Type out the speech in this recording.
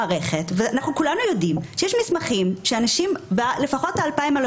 כולנו יודעים שיש מסמכים שלאנשים לפחות ה-2,000 הלא